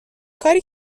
کاری